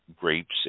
grapes